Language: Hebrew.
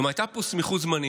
כלומר, הייתה פה סמיכות זמנים.